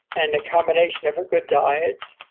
and a combination of a good diet,